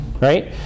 Right